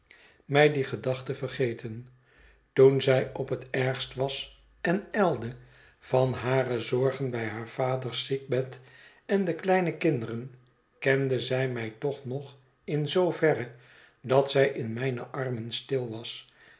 mij die gedachte vergeten toen zij op het ergst was en ijlde van hare zorgen bij haar vaders ziekbed en de kleine kinderen kende zij mij toch nog in zooverre dat zij in mijne armen stil was